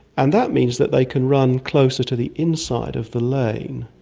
and that means that they can run closer to the inside of the lane,